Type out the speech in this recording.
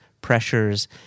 pressures